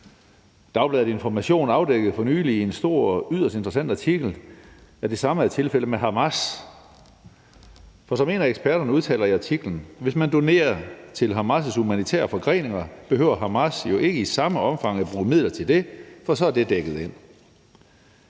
Dagbladet Information afdækkede for nylig i en stor og yderst interessant artikel, at det samme er tilfældet med Hamas. Som en af eksperterne udtaler i artiklen: »Så hvis man donerer til Hamas humanitære forgreninger, behøver Hamas ikke i samme omfang at bruge midler til det, fordi det så er dækket ind.«